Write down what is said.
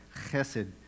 Chesed